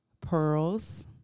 pearls